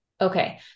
okay